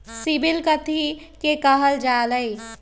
CIBIL कथि के काहल जा लई?